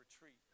retreat